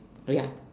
ya